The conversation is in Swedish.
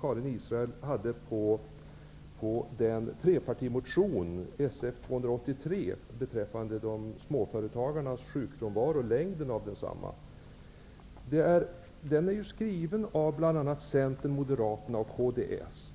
Karin Israelssons reaktion på trepartimotionen Sf283 beträffande längden på småföretagarnas sjukfrånvaro. Den är skriven av representanter från Centern, Moderaterna och kds.